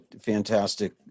fantastic